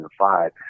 2005